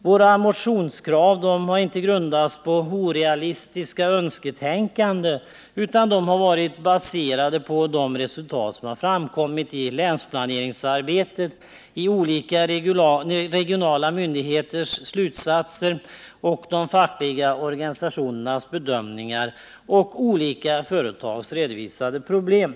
Våra motionskrav har inte grundats på orealistiskt önsketänkande utan har varit baserade på de resultat som framkommit i länsplaneringsarbetet, olika regionala myndigheters slutsatser, de fackliga organisationernas bedömningar och olika företags redovisningar av problemen.